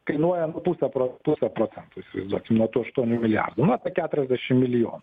kainuoja pusę pro pusę procento įsivaizduokim nuo tų aštuonių milijardų nu apie keturiasdešimt milijonų